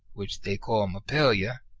which they call mapalia,